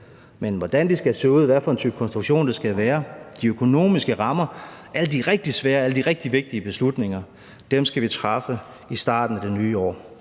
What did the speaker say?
Men hvordan de skal se ud, hvad for en type konstruktion det skal være og de økonomiske rammer – alle de rigtig svære, alle de rigtig vigtige beslutninger – skal vi træffe beslutning om i starten af det nye år.